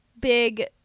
big